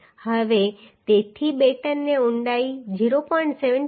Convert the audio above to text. હવે તેથી બેટનની ઊંડાઈ 0